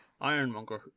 Ironmonger